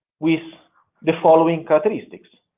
with the following characteristics.